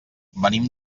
venim